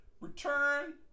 return